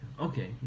Okay